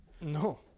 No